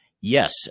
yes